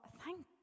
thank